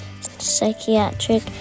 psychiatric